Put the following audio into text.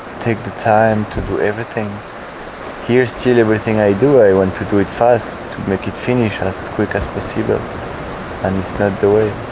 take the time to do everything here still everything i do i want to do it fast to make it finish as quick as possible and it's not the way.